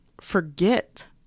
forget